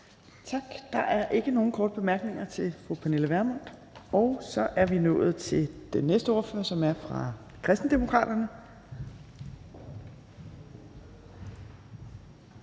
Tak. Der er ikke nogen korte bemærkninger til fru Pernille Vermund. Så er vi nået til den næste ordfører, som er fra Kristendemokraterne.